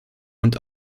und